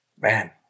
man